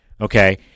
Okay